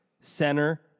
center